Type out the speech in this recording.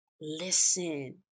listen